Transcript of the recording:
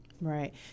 Right